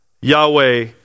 Yahweh